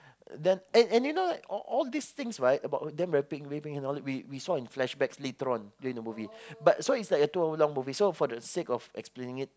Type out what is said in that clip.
then and and you know all all this things right about them raping raping her and all that we we saw in flashbacks later on in the movie so it's like a two hour long movie so for the sake of explaining it